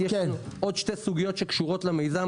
יש לנו עוד שתי סוגיות שקשורות למיזם